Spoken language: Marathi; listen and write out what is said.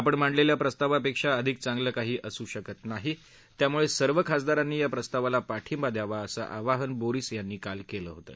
आपण मांडलेल्या प्रस्तावापेक्षा अधिक चांगलं काही असू शकत नाही त्यामुळे सर्व खासदारांनी या प्रस्तावाला पाठिंबा द्यावा असं आवाहन बोरीस यांनी काल केलं होतं